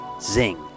zing